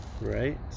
Right